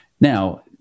Now